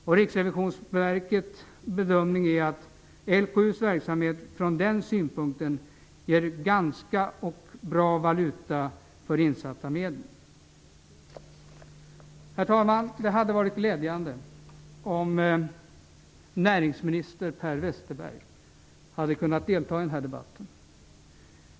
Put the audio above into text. Riksrevisionsverkets bedömning är att LKU:s verksamhet från den synpunkten ger ganska bra valuta för insatta medel. Herr talman! Det hade varit glädjande om näringsminister Per Westerberg hade kunnat delta i denna debatt.